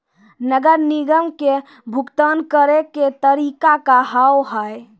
नगर निगम के भुगतान करे के तरीका का हाव हाई?